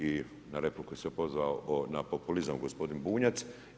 I na repliku se pozvao na populizam gospodin Bunjac.